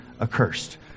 accursed